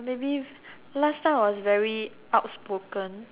maybe last time I was very outspoken